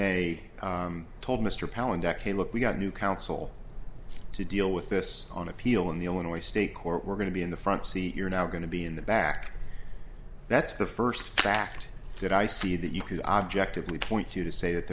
they told mr palin deck a look we got a new council to deal with this on appeal in the illinois state court we're going to be in the front seat you're now going to be in the back that's the first fact that i see that you could objectively point to to say that